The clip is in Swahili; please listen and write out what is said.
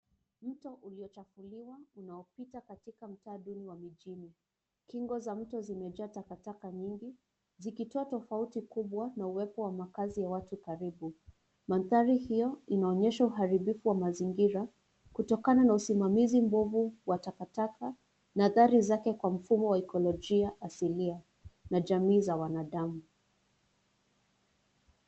Mto uliochafuliwa unaopita katika mtaa duni wa mijini. Kingo za mto zimejaa takataka nyingi zikitoa tofauti kubwa na uwepo wa makazi ya watu karibu. Mandhari hiyo inaonyesha uharibifu wa mazingira kutokana na usimamizi mbovu wa takataka na athari zake kwa ekolojia asilia na jamii za wanadamu.